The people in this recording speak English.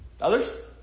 Others